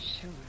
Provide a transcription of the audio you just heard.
Sure